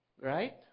right